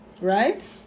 right